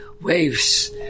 waves